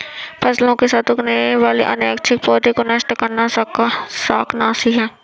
फसलों के साथ उगने वाले अनैच्छिक पौधों को नष्ट करना शाकनाशी है